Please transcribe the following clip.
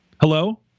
Hello